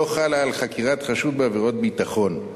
לא חלה על חקירת חשוד בעבירות ביטחון.